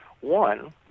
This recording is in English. One